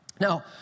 Now